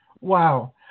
Wow